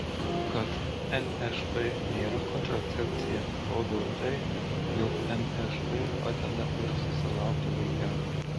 kad nšp nėra kontracepcija rodo ir tai jog nšp padeda ir susilaukti vaikelio